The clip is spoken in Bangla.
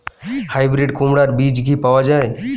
হাইব্রিড কুমড়ার বীজ কি পাওয়া য়ায়?